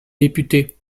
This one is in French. député